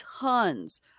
tons